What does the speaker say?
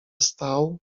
stał